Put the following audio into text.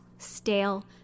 stale